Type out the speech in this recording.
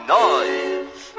noise